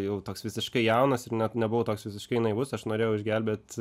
jau toks visiškai jaunas ir net nebuvau toks visiškai naivus aš norėjau išgelbėt